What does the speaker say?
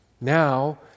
Now